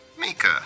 Mika